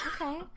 Okay